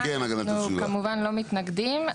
אנחנו, כמובן, לא מתנגדים.